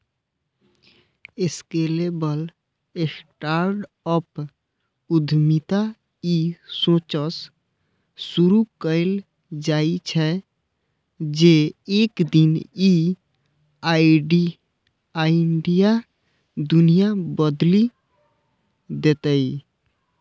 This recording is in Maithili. स्केलेबल स्टार्टअप उद्यमिता ई सोचसं शुरू कैल जाइ छै, जे एक दिन ई आइडिया दुनिया बदलि देतै